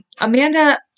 Amanda